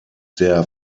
der